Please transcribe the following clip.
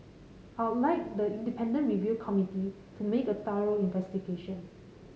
I'll like the independent review committee to make a thorough investigation